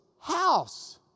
house